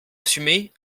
assumée